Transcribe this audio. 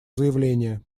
заявление